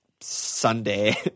Sunday